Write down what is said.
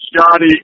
Scotty